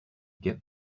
get